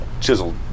Chiseled